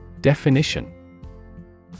Definition